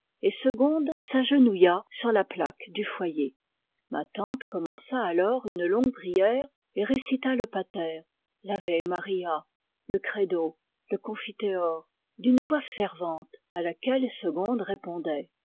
etsegonde s'agenouilla sur la plaque du foyer ma tante commença alors une longue prière et récita le paler l'ave maria le credo le confiteor d'une voix fervente à laquelle segonde répondait